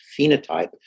phenotype